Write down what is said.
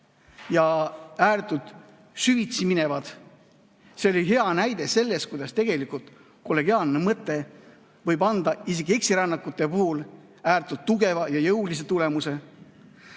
ja ääretult süvitsi minevad. See oli hea näide sellest, kuidas tegelikult kollegiaalne mõte võib anda isegi eksirännakute puhul ääretult tugeva ja jõulise tulemuse.